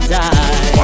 die